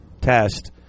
test